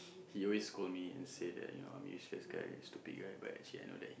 he always scold me and say that you know I'm useless guy stupid guy but actually I know that